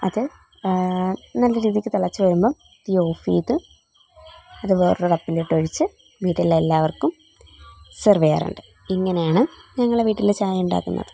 അത് നല്ല രീതിയ്ക്ക് തിളച്ചു വരുമ്പം തീ ഓഫ് ചെയ്ത് അതു വേറൊരു അടപ്പിലോട്ട് ഒഴിച്ച് വീട്ടിലെ എല്ലാവർക്കും സെർവ് ചെയ്യാറുണ്ട് ഇങ്ങനെയാണ് ഞങ്ങളെ വീട്ടിൽ ചായ ഉണ്ടാക്കുന്നത്